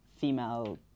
female